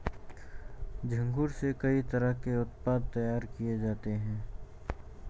झींगुर से कई तरह के उत्पाद तैयार किये जाते है